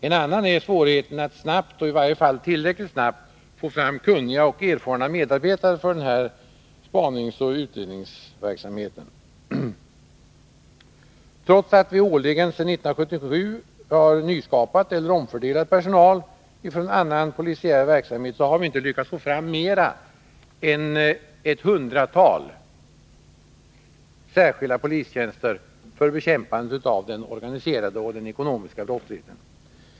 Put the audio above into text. En annan är svårigheten att snabbt — i varje fall tillräckligt snabbt — få fram kunniga och erfarna medarbetare för den här spaningsoch utredningsverksamheten. Trots att vi sedan 1977 årligen har nyskapat eller omfördelat personal från annan polisiär verksamhet, har vi inte lyckats få fram mer än ett hundratal särskilda polistjänster för bekämpandet av den organiserade och den ekonomiska brottsligheten.